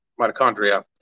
mitochondria